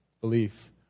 belief